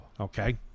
Okay